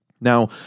now